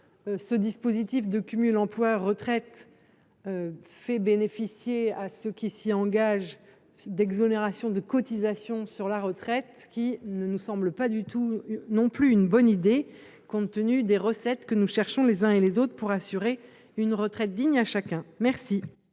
ce dispositif de cumul emploi retraite permet à ceux qui s’y engagent de bénéficier d’exonérations de cotisations sur la retraite, ce qui ne nous semble pas du tout constituer une bonne idée compte tenu des recettes que nous cherchons les uns et les autres pour assurer une retraite digne à chacun. Quel